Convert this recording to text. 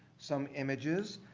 some images.